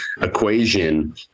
equation